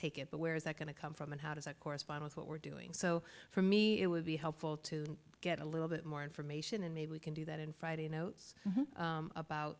take it but where is that going to come from and how does that correspond with what we're doing so for me it would be helpful to get a little bit more information and maybe we can do that in friday notes about